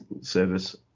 service